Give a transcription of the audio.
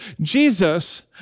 Jesus